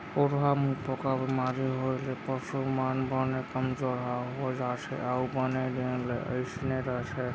खुरहा मुहंपका बेमारी होए ले पसु मन बने कमजोरहा हो जाथें अउ बने दिन ले अइसने रथें